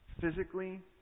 physically